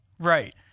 Right